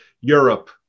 Europe